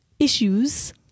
issues